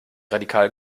radikal